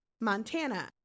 Montana